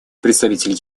представитель